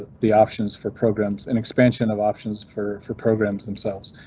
the options for programs and expansion of options for for programs themselves.